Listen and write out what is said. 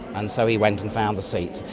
and so he went and found the seat.